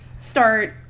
start